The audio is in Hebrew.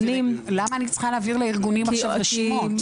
למה אני צריכה להעביר לארגונים עכשיו רשימות?